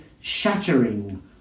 shattering